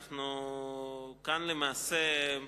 למעשה,